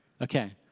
Okay